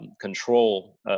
control